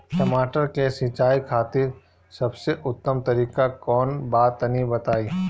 टमाटर के सिंचाई खातिर सबसे उत्तम तरीका कौंन बा तनि बताई?